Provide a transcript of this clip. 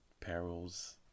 perils